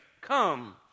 Come